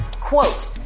Quote